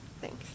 Thanks